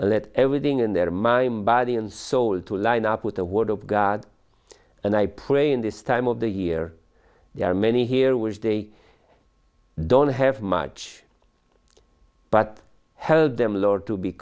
let everything in their mind body and soul to line up with the word of god and i pray in this time of the year there are many here which they don't have much but help them lord to be